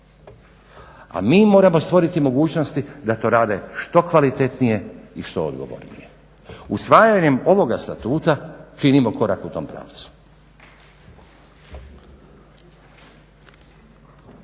A mi moramo stvoriti mogućnosti da to rade što kvalitetnije i što odgovornije. Usvajanjem ovoga statuta činimo korak u tom pravcu.